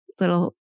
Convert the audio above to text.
little